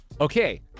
Okay